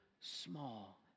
small